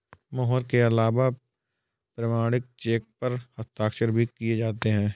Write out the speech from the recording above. मोहर के अलावा प्रमाणिक चेक पर हस्ताक्षर भी किये जाते हैं